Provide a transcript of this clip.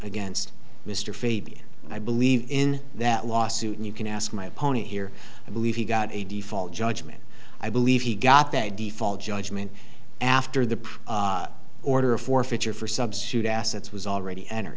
against mr fabian i believe in that lawsuit and you can ask my opponent here i believe he got a default judgment i believe he got that default judgment after the order of forfeiture for substitute assets was already